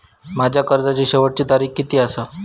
माझ्या कर्जाची शेवटची तारीख किती आसा?